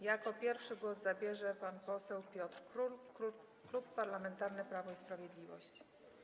Jako pierwszy głos zabierze pan poseł Piotr Król, Klub Parlamentarny Prawo i Sprawiedliwość.